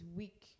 weak